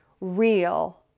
real